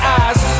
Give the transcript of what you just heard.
eyes